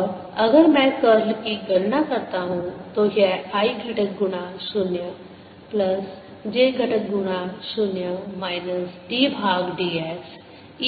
और अगर मैं कर्ल की गणना करता हूं तो यह i घटक गुना 0 प्लस j घटक गुना 0 माइनस d भाग dx